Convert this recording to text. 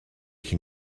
cyn